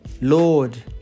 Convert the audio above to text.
Lord